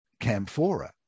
camphora